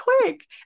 quick